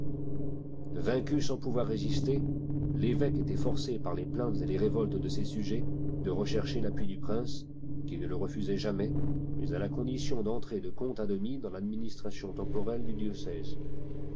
vaincu sans pouvoir résister l'évôque était forcé par les plaintes et les révoltes de ses sujets de rechercher l'appui du prince qui ne le refusait jamais mais à la condition d'entrer de compte à demi dans l'administration temporelle du diocèse